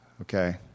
okay